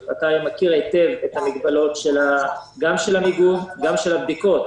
אתה מכיר היטב את המגבלות גם של המיגון וגם של הבדיקות,